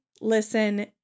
listen